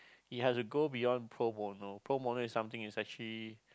you have to go beyond pro bono pro bono is something is actually